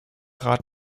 rat